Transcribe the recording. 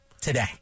today